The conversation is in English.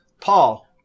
Paul